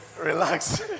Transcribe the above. Relax